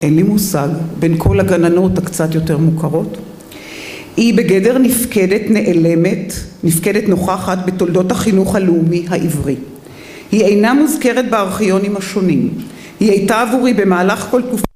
אין לי מושג בין כל הגננות הקצת יותר מוכרות היא בגדר נפקדת נעלמת נפקדת נוכחת בתולדות החינוך הלאומי העברי. היא אינה מוזכרת בארכיונים השונים. היא הייתה עבורי במהלך כל תקופת...